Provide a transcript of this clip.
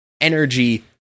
energy